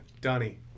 Donnie